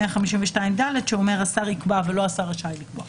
152ד שאומר שהשר יקבע ולא השר רשאי לקבוע.